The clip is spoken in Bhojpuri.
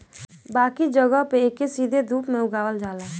बाकी जगह पे एके सीधे धूप में उगावल जाला